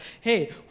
Hey